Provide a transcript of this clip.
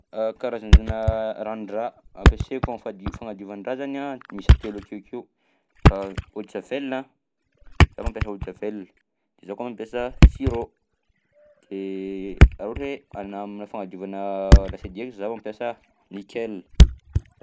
karazarazana ranon-draha ampiasaiko am'fadio- fagnadiovan-draha zany miisa telo akeokeo: eau de javel a, za mampiasa eau de javel de za koa mampiasa sur'eau de raha ohatra hoe any aminà fagnadiovana lasiety de eny zaho ampiasa nickel.